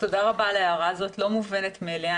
תודה רבה על ההערה הזאת, היא לא מובנת מאליה.